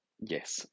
yes